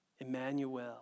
Emmanuel